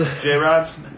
J-Rods